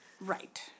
Right